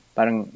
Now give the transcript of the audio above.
Parang